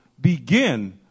begin